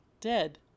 Dead